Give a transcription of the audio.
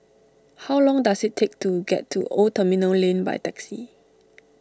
how long does it take to get to Old Terminal Lane by taxi